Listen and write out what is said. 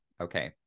Okay